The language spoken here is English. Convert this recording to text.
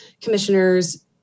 Commissioners